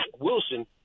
Wilson